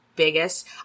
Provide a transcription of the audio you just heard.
Biggest